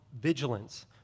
vigilance